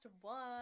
one